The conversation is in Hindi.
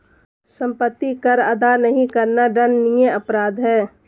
सम्पत्ति कर अदा नहीं करना दण्डनीय अपराध है